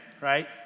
right